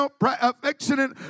affectionate